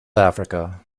africa